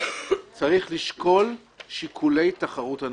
צריך לשקול שיקולי תחרות ענפית.